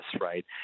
right